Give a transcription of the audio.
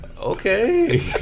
Okay